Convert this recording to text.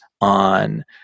on